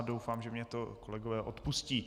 Doufám, že mně to kolegové odpustí.